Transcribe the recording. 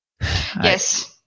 Yes